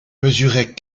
mesurait